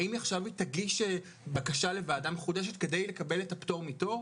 האם עכשיו היא תגיש בקשה לוועדה מחודשת כדי לקבל את הפטור מתור?